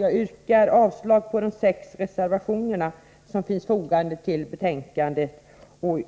Jag yrkar avslag på de sex reservationer som finns fogade till betänkandet och